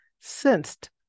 sensed